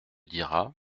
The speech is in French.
diras